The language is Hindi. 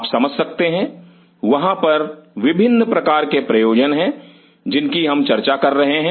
आप समझ सकते हैं वहां पर विभिन्न प्रकार के प्रयोजन हैं जिनकी हम चर्चा कर रहे हैं